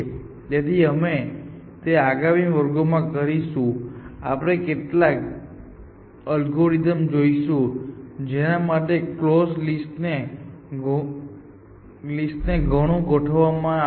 તેથી અમે તે આગામી વર્ગમાં કરીશું આપણે કેટલાક અલ્ગોરિધમ જોઈશું જેના માટે કલોઝ લિસ્ટ ને ઘણું ગોઠવવામાં આવ્યું છે